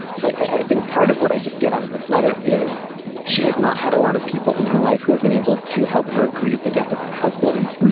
like i think part of what i just get out of this letter is she has not had a lot of people in her life who have been able to help her grieve the death of her husband.